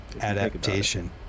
Adaptation